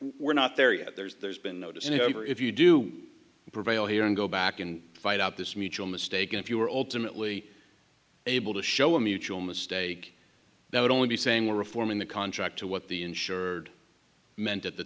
we're not there yet there's been no disney over if you do prevail here and go back and find out this mutual mistake if you were ultimately able to show a mutual mistake that would only be saying we're reforming the contract to what the insured meant at the